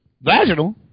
Vaginal